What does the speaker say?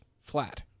flat